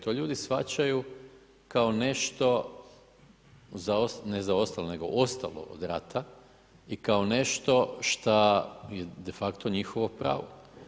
To ljudi shvaćaju kao nešto ne zaostalo nego ostalo od rata i kao nešto šta je de facto njihovo pravo.